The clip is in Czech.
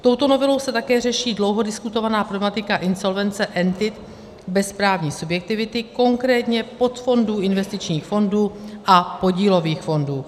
Touto novelou se také řeší dlouho diskutovaná problematika insolvence entit bez právní subjektivity, konkrétně podfondů investičních fondů a podílových fondů.